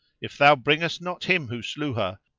if thou bring us not him who slew her,